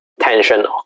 tension